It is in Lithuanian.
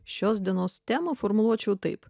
šios dienos temą formuluočiau taip